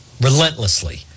relentlessly